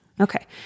Okay